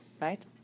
Right